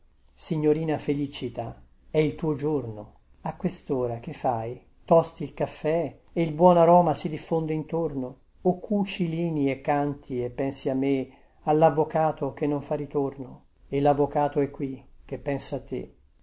signorina felicita è il tuo giorno a questora che fai tosti il caffè e il buon aroma si diffonde intorno o cuci i lini e canti e pensi a me allavvocato che non fa ritorno e lavvocato è qui che pensa a te